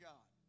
God